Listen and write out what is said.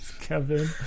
Kevin